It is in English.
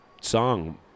Song